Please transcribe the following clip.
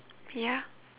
ya